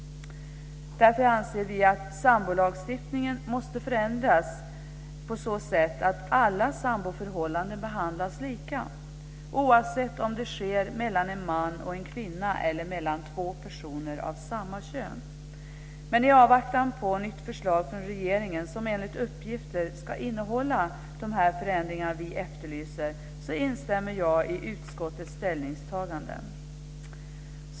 Därför anser vi att sambolagstiftningen måste förändras på så sätt att alla samboförhållanden behandlas lika, oavsett om det handlar om ett förhållande mellan en man och en kvinna eller mellan två personer av samma kön. Men i avvaktan på ett nytt förslag från regeringen, som enligt uppgifter ska innehålla de förändringar som vi efterlyser, så instämmer jag i utskottets ställningstagande.